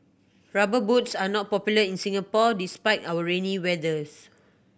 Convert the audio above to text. Rubber Boots are not popular in Singapore despite our rainy weathers